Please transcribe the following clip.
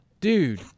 dude